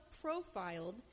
profiled